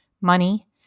money